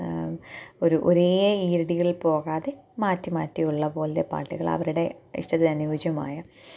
ഒരു ഒരേ ഈരടികളിൽ പോകാതെ മാറ്റി മാറ്റിയുള്ളപോലെ പാട്ടുകൾ അവരുടെ ഇഷ്ടത്തിനനുയോജ്യമായ